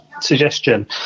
suggestion